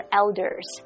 elders